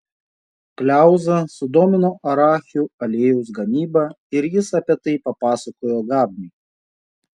kliauzą sudomino arachių aliejaus gamyba ir jis apie tai papasakojo gabniui